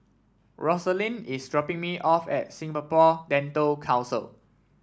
Rosalind is dropping me off at Singapore Dental Council